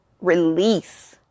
release